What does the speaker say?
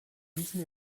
gießen